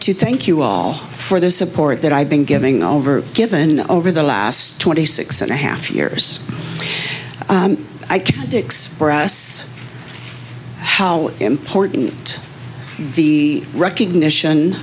to thank you all for the support that i've been giving over given over the last twenty six and a half years i can fix for us how important the recognition